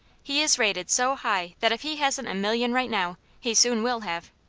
he is rated so high that if he hasn't a million right now, he soon will have.